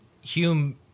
Hume